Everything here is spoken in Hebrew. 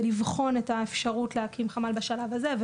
לבחון את האפשרות להקים חמ"ל בשלב הזה,